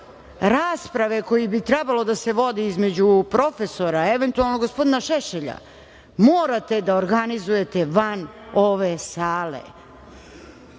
rasprave koje bi trebalo da se vode između profesora, eventualno gospodina Šešelja morate da organizujete van ove sale,